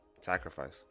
Sacrifice